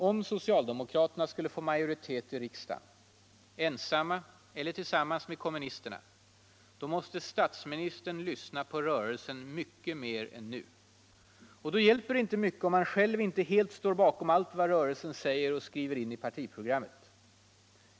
Om socialdemokraterna skulle få majoritet i riksdagen — ensamma eller tillsammans med kommunisterna — måste statsministern lyssna på rörelsen mycket mer än nu. Då hjälper det inte mycket om han själv inte helt står bakom vad rörelsen säger och skriver in i partiprogrammet.